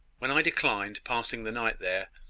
when i declined passing the night there,